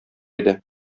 иде